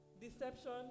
Deception